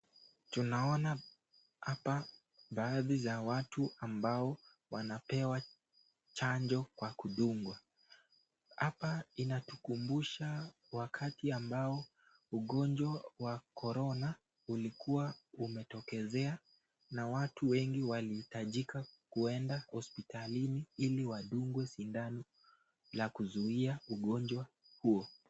Tunaona hapa baadhi za watu ambao wanapewa chanjo kwa kudungwa hapa inatukumbusha wakati ambao ugonjwa wa korona ulikuwa umetokezea na watu wengi walihitajika kwenda hospitalini ili wadungwe sindano ya kuzuia ugonjwa huo.